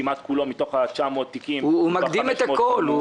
כמעט כולו --- הוא מקדים את הכול.